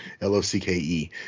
l-o-c-k-e